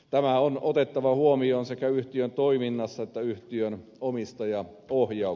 tämä on otettava huomioon sekä yhtiön toiminnassa että yhtiön omistajaohjauksessa